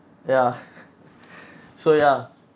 ya so ya